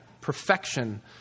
perfection